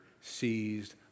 seized